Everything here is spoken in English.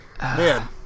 Man